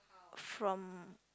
from